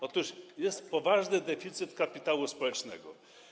Otóż jest poważny deficyt kapitału społecznego.